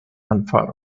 alfaro